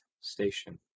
Station